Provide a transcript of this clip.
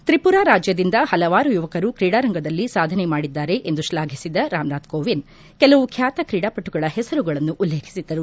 ತ್ರಿಪುರ ರಾಜ್ಯದಿಂದ ಹಲವಾರು ಯುವಕರು ಕ್ರೀಡಾ ರಂಗದಲ್ಲಿ ಸಾಧನೆ ಮಾಡಿದ್ದಾರೆ ಎಂದು ಶ್ಲಾಘಿಸಿದ ರಾಮ್ನಾಥ್ ಕೋವಿಂದ್ ಕೆಲವು ಖ್ಯಾತ ಕ್ರೀಡಾಪಟುಗಳ ಹೆಸರನ್ನು ಉಲ್ಲೇಖಿಸಿದರು